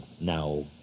now